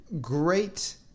great